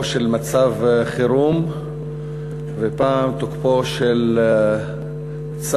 של מצב חירום ופעם את תוקפו של צו